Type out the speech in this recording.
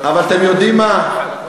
אבל אתם יודעים מה,